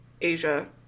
Asia